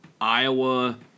Iowa